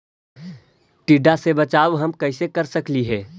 टीडा से बचाव हम कैसे कर सकली हे?